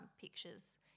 pictures